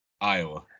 Iowa